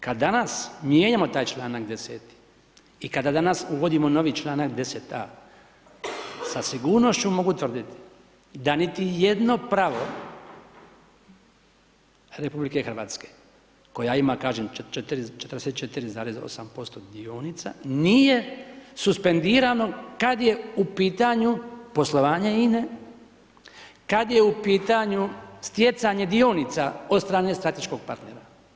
Kad danas mijenjamo taj članak 10.-ti, i kada danas uvodimo novi članak 10.a, sa sigurnošću mogu tvrditi da niti jedno pravo Republike Hrvatske koja ima, kažem, 44,8% dionica, nije suspendirano kad je u pitanju poslovanje INA-e, kad je u pitanju stjecanje dionica od strane strateškog partnera.